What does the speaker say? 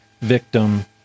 victim